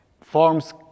forms